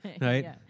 right